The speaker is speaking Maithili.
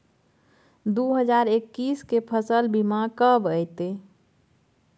दु हजार एक्कीस के फसल बीमा कब अयतै?